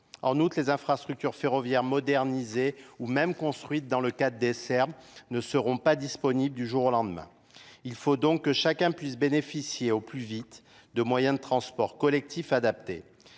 En outre les infrastructures ferroviaires modernisées ou même construites dans le cadre seront pas disponibles du jour au lendemain. Il faut donc que chacun puisse bénéficier au plus vite de moyens de transport collectifs adaptés